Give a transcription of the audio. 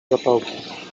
zapałki